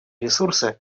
ресурсы